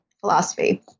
philosophy